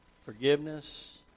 forgiveness